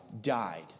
died